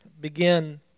begin